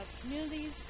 communities